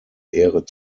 ehre